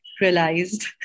realized